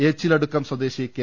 ഏച്ചിലടുക്കം സ്വദേശി കെ